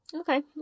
Okay